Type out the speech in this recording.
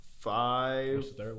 Five